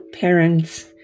parents